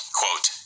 quote